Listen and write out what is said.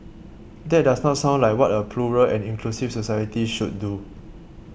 that does not sound like what a plural and inclusive society should do